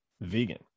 vegan